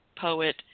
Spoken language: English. poet